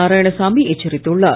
நாராயணசாமி எச்சரித்துள்ளார்